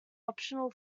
optional